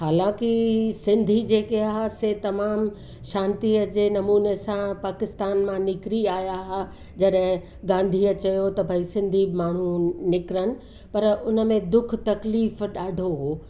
हालांकि सिंधी जेके हुआ से तमामु शांतीअ जे नमूने सां पाकिस्तान मां निकिरी आया हुआ जॾहिं गांधीअ चयो त भई सिंधी माण्हू निकिरनि पर उनमें दुखु तकलीफ़ ॾाढो हो